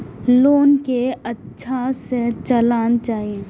Loan के अच्छा से चलाना चाहि?